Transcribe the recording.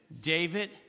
David